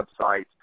websites